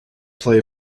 play